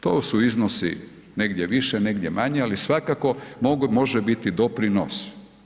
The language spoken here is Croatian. To su iznosi negdje više, negdje manje, ali svakako može biti doprinos.